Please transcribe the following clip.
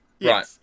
Right